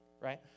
right